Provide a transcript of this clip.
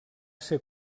ser